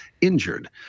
injured